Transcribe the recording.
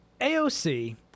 AOC